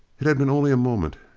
it had been only a moment.